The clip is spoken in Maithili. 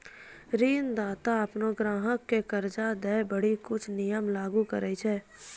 ऋणदाता अपनो ग्राहक क कर्जा दै घड़ी कुछ नियम लागू करय छै